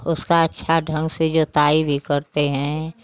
उसका अच्छा ढंग से जुताई भी करते हैं